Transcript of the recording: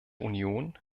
union